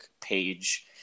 page